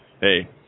hey